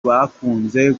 bakunze